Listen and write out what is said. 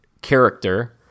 character